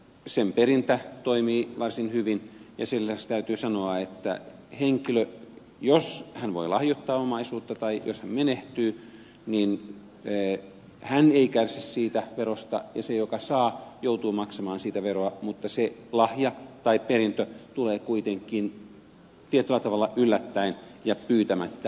sen perintä toimii varsin hyvin ja sen lisäksi täytyy sanoa että henkilö jos hän voi lahjoittaa omaisuutta tai jos hän menehtyy ei kärsi siitä verosta ja se joka saa joutuu maksamaan siitä veroa mutta se lahja tai perintö tulee kuitenkin tietyllä tavalla yllättäen ja pyytämättä